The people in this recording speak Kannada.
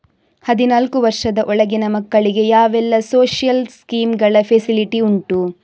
ಹದಿನಾಲ್ಕು ವರ್ಷದ ಒಳಗಿನ ಮಕ್ಕಳಿಗೆ ಯಾವೆಲ್ಲ ಸೋಶಿಯಲ್ ಸ್ಕೀಂಗಳ ಫೆಸಿಲಿಟಿ ಉಂಟು?